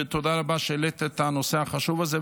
ותודה רבה שהעלית את הנושא החשוב הזה,